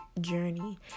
journey